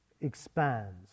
expands